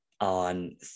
On